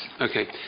Okay